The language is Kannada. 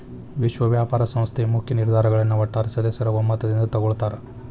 ವಿಶ್ವ ವ್ಯಾಪಾರ ಸಂಸ್ಥೆ ಮುಖ್ಯ ನಿರ್ಧಾರಗಳನ್ನ ಒಟ್ಟಾರೆ ಸದಸ್ಯರ ಒಮ್ಮತದಿಂದ ತೊಗೊಳ್ತಾರಾ